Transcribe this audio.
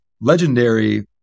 legendary